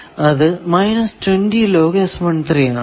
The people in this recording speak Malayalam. അത് ആണ്